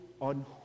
on